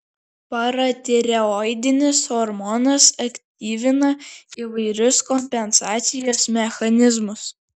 paratireoidinis hormonas aktyvina įvairius kompensacijos mechanizmus